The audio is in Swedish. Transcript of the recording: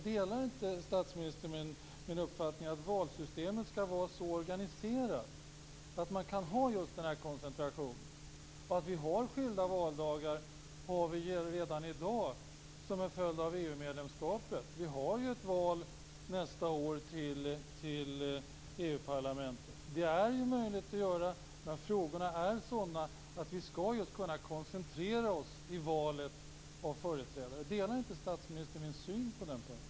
Delar inte statsministern min uppfattning att valsystemet skall vara så organiserat att man kan ha just den koncentrationen? Skilda valdagar har vi ju redan i dag, som en följd av EU-medlemskapet. Vi har ett val nästa år till EU-parlamentet. Det är möjligt att göra på det sättet när frågorna är sådana. Vi skall ju kunna koncentrera oss i valet av företrädare. Delar inte statsministern min syn på den punkten?